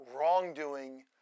wrongdoing